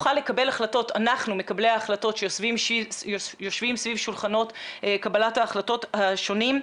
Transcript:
אנחנו מקבלי ההחלטות שיושבים סביב שולחנות קבלת ההחלטות השונים,